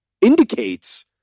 indicates